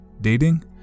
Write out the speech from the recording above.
Dating